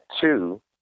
two